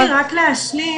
רציתי רק להשלים,